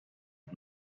und